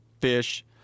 fish